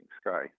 sky